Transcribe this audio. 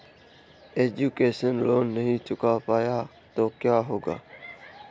Education loan नहीं चुका पाए तो क्या होगा?